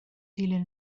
dilyn